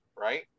right